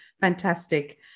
Fantastic